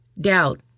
Doubt